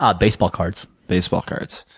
ah baseball cards. baseball cards.